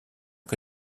que